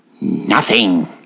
Nothing